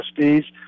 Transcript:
trustees